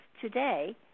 today